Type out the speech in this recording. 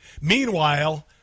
Meanwhile